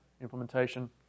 implementation